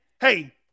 Hey